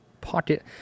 pocket